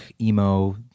emo